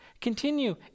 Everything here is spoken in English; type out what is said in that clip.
continue